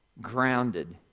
grounded